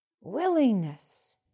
willingness